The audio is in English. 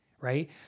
right